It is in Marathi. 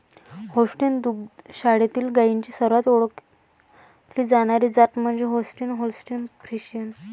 होल्स्टीन दुग्ध शाळेतील गायींची सर्वात ओळखली जाणारी जात म्हणजे होल्स्टीन होल्स्टीन फ्रिशियन